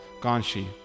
Ganshi